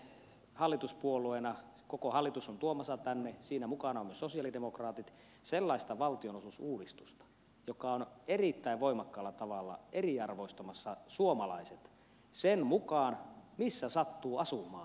nyt te olette tuomassa tänne hallituspuolueena koko hallitus on tuomassa tänne siinä mukana myös sosialidemokraatit sellaista valtionosuusuudistusta joka on erittäin voimakkaalla tavalla eriarvoistamassa suomalaiset sen mukaan missä sattuu asumaan